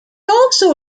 also